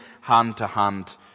hand-to-hand